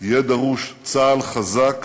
יהיה דרוש צה"ל חזק